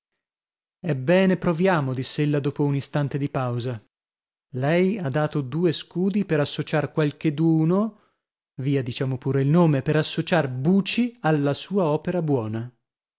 dire ebbene proviamo diss'ella dopo un istante di pausa lei ha dato due scudi per associar qualcheduno via diciamo pure il nome per associar buci alla sua opera buona